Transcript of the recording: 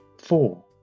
Four